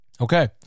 okay